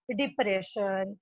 depression